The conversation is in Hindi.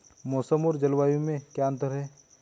मौसम और जलवायु में क्या अंतर?